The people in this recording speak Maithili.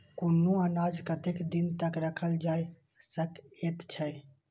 कुनू अनाज कतेक दिन तक रखल जाई सकऐत छै?